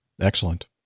Excellent